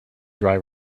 dry